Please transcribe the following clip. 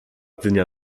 dnia